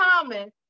common